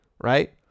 right